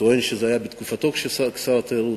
טוען שזה היה בתקופתו כשר התיירות,